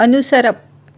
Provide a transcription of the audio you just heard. अनुसरप